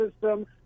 system